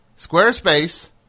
Squarespace